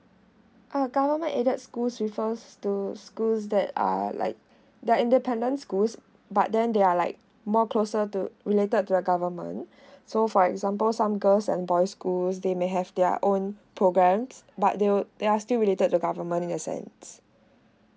our government aided schools refers to schools that are like the independent schools but then they are like more closer to related to a government so for example some girls and boys schools they may have their own programs but they would they are still related the government in a sense